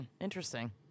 Interesting